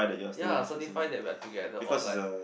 ya certify that we're together or like